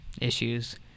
issues